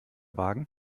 wagen